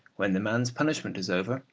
when the man's punishment is over,